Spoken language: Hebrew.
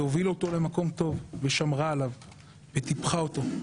והובילה אותו למקום טוב ושמרה עליו וטיפחה אותו.